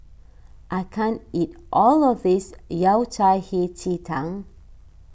I can't eat all of this Yao Cai Hei Ji Tang